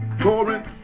torrent